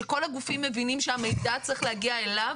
שכל הגופים מבינים שהמידע צריך להגיע אליו?